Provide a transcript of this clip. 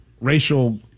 racial